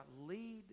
lead